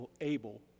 able